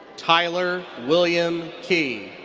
tyler william key.